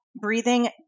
breathing